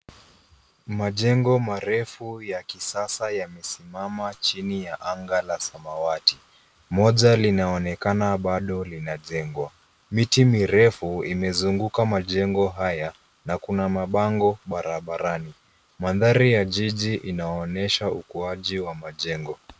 Majengo marefu ya kisasa yamesimama chini ya anga ya samawati. Moja linaonekana kama bado linajengwa. Miti mirefu imezunguka majengo haya na kuna mabango barabarani. Mandhari ya jiji inaonyesha ukuaji wa majengo.